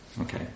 Okay